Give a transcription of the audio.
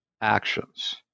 actions